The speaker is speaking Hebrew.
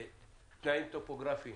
תנאים טופוגרפיים